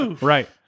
Right